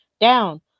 down